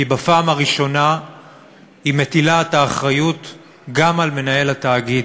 כי בפעם הראשונה היא מטילה את האחריות גם על מנהל התאגיד.